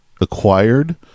acquired